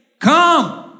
come